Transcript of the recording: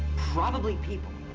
probably people.